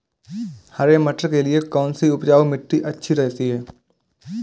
हरे मटर के लिए कौन सी उपजाऊ मिट्टी अच्छी रहती है?